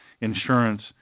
insurance